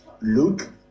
Luke